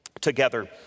together